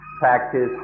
practice